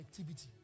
connectivity